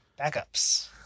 Backups